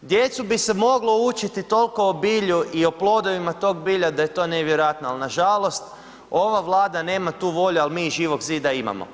Djecu bi se moglo učiti toliko o bilju i o plodovima tog bilja da je to nevjerojatno, ali nažalost ova Vlada nema tu volju, ali mi iz Živog zida imamo.